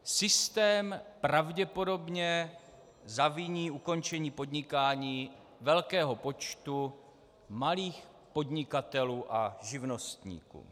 Systém pravděpodobně zaviní ukončení podnikání velkého počtu malých podnikatelů a živnostníků.